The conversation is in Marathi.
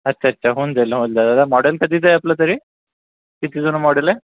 अच्छा अच्छा होऊन जाईल ना होऊन जाईल मॉडल कधीचं आहे आपलं तरी किती जुनं मॉडल आहे